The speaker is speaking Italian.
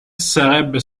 sarebbe